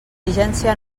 vigència